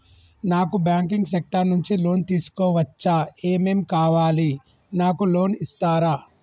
నాకు banking sector నుంచి loan తీసుకోవచ్చా? ఏమేం కావాలి? నాకు లోన్ ఇస్తారా?